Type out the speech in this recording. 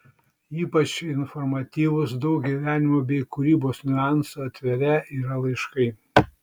ypač informatyvūs daug gyvenimo bei kūrybos niuansų atverią yra laiškai